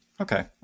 Okay